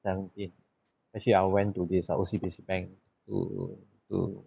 seventeen actually I went to this uh O_C_B_C bank to to